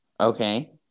Okay